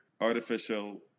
artificial